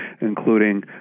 including